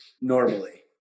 normally